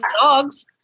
dogs